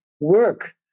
work